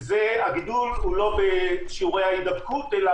והגידול הוא לא בשיעורי ההידבקות אלא